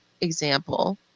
example